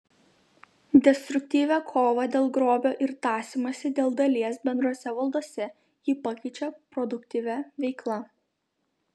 destruktyvią kovą dėl grobio ir tąsymąsi dėl dalies bendrose valdose ji pakeičia produktyvia veikla